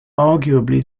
arguably